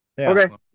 Okay